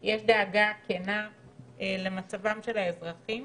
יש דאגה כנה למצבם של האזרחים.